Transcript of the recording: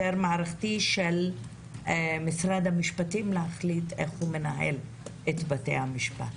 מערכתי של משרד המשפטים להחליט איך הוא מנהל את בתי המשפט.